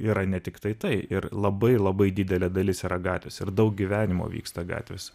yra ne tiktai tai ir labai labai didelė dalis yra gatvės ir daug gyvenimo vyksta gatvėse